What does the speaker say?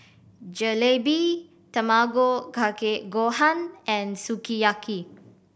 Jalebi Tamago Kake Gohan and Sukiyaki